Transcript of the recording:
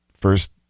first